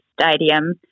stadium